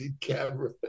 camera